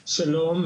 שלום,